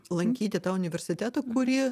lankyti tą universitetą kurį